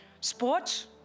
sports